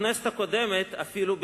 הכנסת הקודמת אפילו,